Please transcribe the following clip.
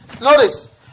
Notice